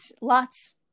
lots